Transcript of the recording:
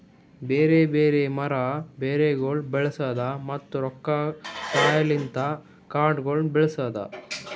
ಬ್ಯಾರೆ ಬ್ಯಾರೆ ಮರ, ಬೇರಗೊಳ್ ಬಳಸದ್, ಮತ್ತ ರೊಕ್ಕದ ಸಹಾಯಲಿಂತ್ ಕಾಡಗೊಳ್ ಬೆಳಸದ್